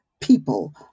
people